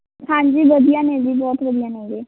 ਹਾਂਜੀ ਵਧੀਆ ਨੇ ਜੀ ਬਹੁਤ ਵਧੀਆ ਨੇਗੇ